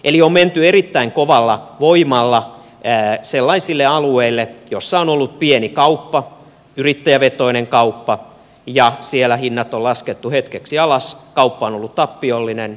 eli on menty erittäin kovalla voimalla sellaisille alueille missä on ollut pieni kauppa yrittäjävetoinen kauppa ja siellä hinnat on laskettu hetkeksi alas kauppa on ollut tappiollinen